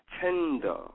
tender